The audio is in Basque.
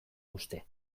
uste